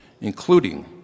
including